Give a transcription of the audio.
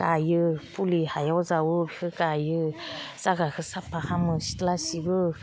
गायो फुलि हायाव जावो बिखो गायो जागाखो साफा खामो सिथ्ला सिबो